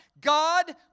God